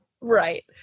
Right